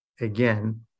again